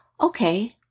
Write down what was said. okay